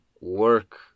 work